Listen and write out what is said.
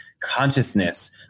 consciousness